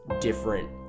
different